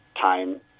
time